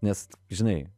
nes žinai